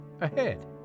ahead